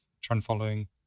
trend-following